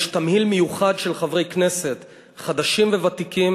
יש תמהיל מיוחד של חברי כנסת חדשים וותיקים